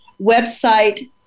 website